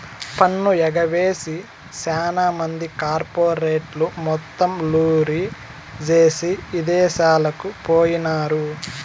పన్ను ఎగవేసి సాన మంది కార్పెరేట్లు మొత్తం లూరీ జేసీ ఇదేశాలకు పోయినారు